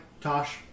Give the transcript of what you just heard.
Tosh